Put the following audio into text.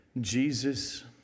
Jesus